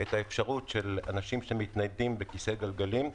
את האפשרות של אנשים שמתניידים בכיסא גלגלים,